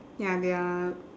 ya their